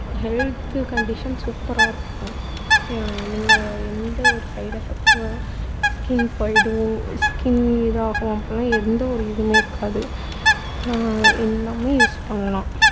health condition சூப்பராக இருக்கும் நீங்கள் எந்த ஒரு சைட் எஃபெக்ட்டும் ஸ்கின் போயிடும் ஸ்கின் இதாகும் அப்புடிலாம் எந்த ஒரு இதுவுமே இருக்காது எல்லாமே யூஸ் பண்ணலாம்